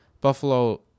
Buffalo